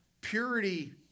Purity